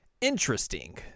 interesting